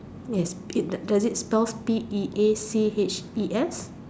yes it does does it spell P E A C H E S